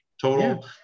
total